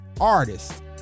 artist